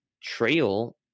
trail